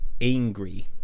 angry